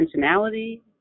intentionality